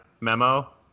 memo